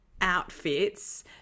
outfits